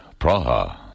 Praha